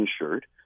insured